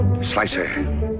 Slicer